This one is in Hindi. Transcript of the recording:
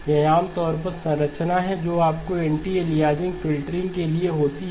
यह आमतौर पर संरचना है जो आपको एंटीएलियासिंग फ़िल्टरिंग के लिए होती है